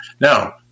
Now